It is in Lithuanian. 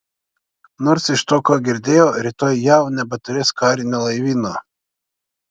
nors iš to ką girdėjau rytoj jav nebeturės karinio laivyno